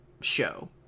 show